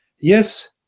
Yes